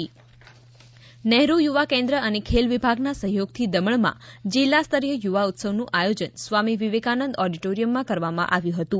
દ મણ યુવા ઉત્સવ નહેરુ યુવા કેન્દ્ર અને ખેલ વિભાગના સહયોગથી દમણમાં જિલ્લા સ્તરીય યુવા ઉત્સવનું આયોજન સ્વામી વિવેકાનંદ ઓડિટોરિમમાં કરવામાં આવ્યું હતું